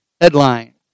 headline